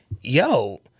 yo